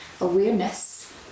awareness